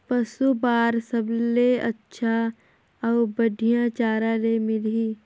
पशु बार सबले अच्छा अउ बढ़िया चारा ले मिलही?